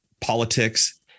politics